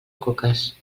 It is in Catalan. coques